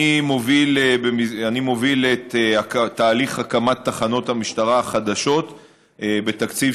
אני מוביל את תהליך הקמת תחנות המשטרה החדשות בתקציב